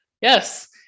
Yes